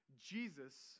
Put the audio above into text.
Jesus